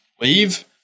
leave